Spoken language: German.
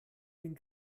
den